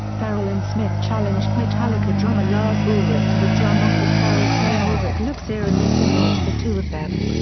ferrell and smith challenged metallica drummer lars ulrich to a drum-off with ferrell saying ulrich looks eerily similar to the two of them.